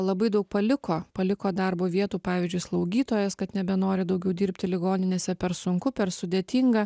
labai daug paliko paliko darbo vietų pavyzdžiui slaugytojos kad nebenori daugiau dirbti ligoninėse per sunku per sudėtinga